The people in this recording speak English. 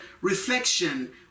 reflection